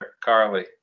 Carly